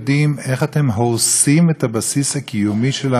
הורסים את הבסיס הקיומי של המדינה הזאת,